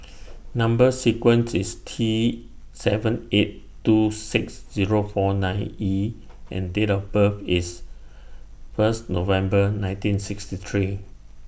Number sequence IS T seven eight two six Zero four nine E and Date of birth IS First November nineteen sixty three